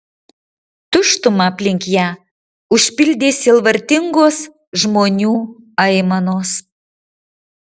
tuštumą aplink ją užpildė sielvartingos žmonių aimanos